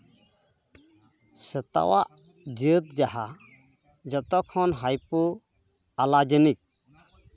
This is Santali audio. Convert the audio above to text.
ᱥᱮᱛᱟᱣᱟᱜ ᱡᱟᱹᱛ ᱡᱟᱦᱟᱸ ᱡᱚᱛᱚᱠᱷᱚᱱ ᱦᱟᱭᱯᱳ ᱟᱞᱟᱡᱚᱱᱤᱠ